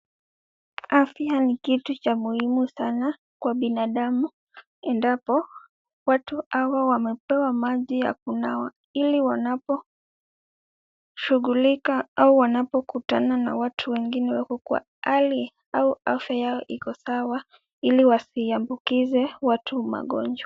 Afya ni kitu cha muhimu sana kwa binadamu endapo watu hawa wamepewa maji ya kunawa ili wanaposhughulika au wanapokutana na watu wengine wako kwa hali au afya yao iko sawa ili wasiambukize watu magonjwa.